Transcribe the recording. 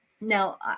Now